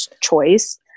choice